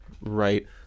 right